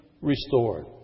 restored